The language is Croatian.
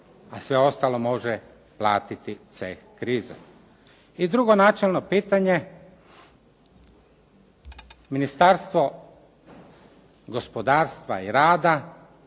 a sve ostalo može platiti ceh krize. I drugo načelno pitanje Ministarstvo gospodarstva i rada